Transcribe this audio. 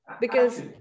Because-